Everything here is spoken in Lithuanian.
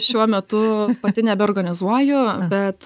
šiuo metu pati nebeorganizuoju bet